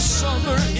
summer